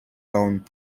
own